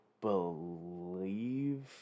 believe